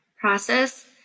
process